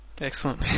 excellent